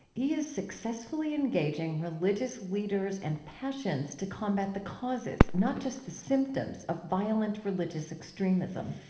he is successfully engaging religious leaders and passions to combat the causes, not just the symptoms, of violent religious extremism